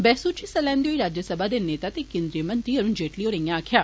बैहसू च हिस्सा लैंदे होई राज्यसभा दे नेता ते केन्द्री मंत्री अरूण जेटली होरें इयां आखेआ